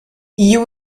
you